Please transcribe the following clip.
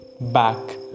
back